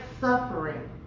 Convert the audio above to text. suffering